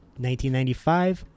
1995